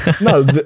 No